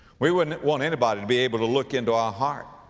we wouldn't want anybody to be able to look into our heart.